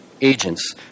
agents